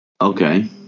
okay